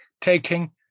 taking